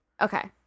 Okay